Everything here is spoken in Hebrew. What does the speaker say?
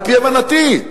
על-פי הבנתי,